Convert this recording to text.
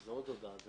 אני